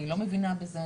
אני לא מבינה בזה,